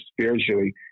spiritually